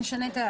נשנה את ההגדרה.